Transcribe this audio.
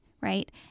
right